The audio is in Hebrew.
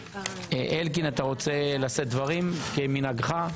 אלקין, אתה רוצה לשאת דברים, כמנהגך?